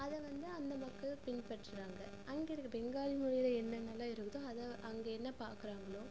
அதை வந்து அந்த மக்கள் பின்பற்றுகிறாங்க அங்கே இருக்க பெங்காலி மொழியில் என்னென்னலாம் இருக்குதோ அதை அங்கே என்ன பாக்கிறாங்களோ